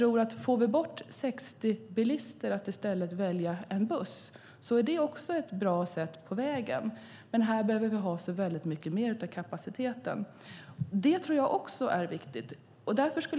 Om vi får bort 60 bilister och får dem att i stället välja en buss är det ett bra sätt på vägen. Men här behöver vi ha mycket mer kapacitet. Detta tror jag också är viktigt.